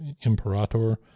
Imperator